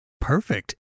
Perfect